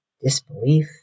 disbelief